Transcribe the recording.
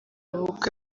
ubukwe